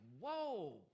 whoa